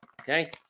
Okay